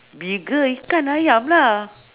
bigger ikan ayam lah